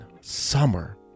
summer